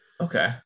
Okay